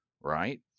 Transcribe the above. right